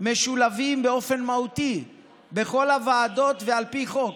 משולבים באופן מהותי בכל הוועדות ועל פי חוק.